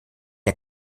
der